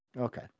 Okay